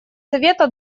совета